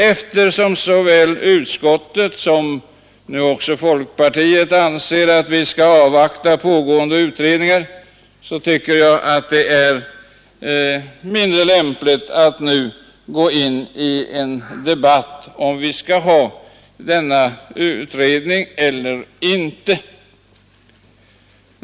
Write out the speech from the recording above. Eftersom såväl utskottet som folkpartiet anser att vi bör avvakta pågående utredningar, tycker jag det är mindre lämpligt att nu gå in i en debatt om huruvida vi skall ha en parlamentarisk utredning eller inte.